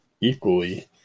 equally